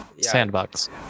Sandbox